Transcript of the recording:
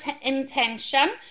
intention